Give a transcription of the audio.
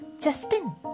Justin